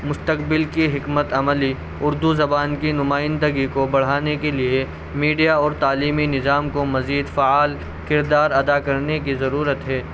مستقبل کی حکمت عملی اردو زبان کی نمائندگی کو بڑھانے کے لیے میڈیا اور تعلیمی نظام کو مزید فعال کردار ادا کرنے کی ضرورت ہے